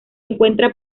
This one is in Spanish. encuentran